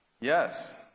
Yes